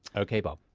ok, bob